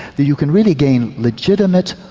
that you can really gain legitimate,